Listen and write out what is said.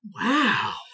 Wow